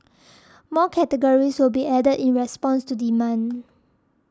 more categories will be added in response to demand